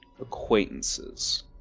acquaintances